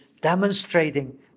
demonstrating